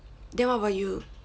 then what about you